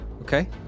Okay